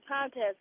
contest